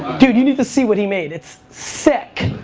dude, you need to see what he made? it's sick.